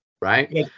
Right